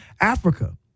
Africa